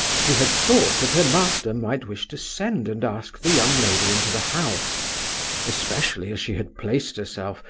she had thought that her master might wish to send and ask the young lady into the house especially as she had placed herself,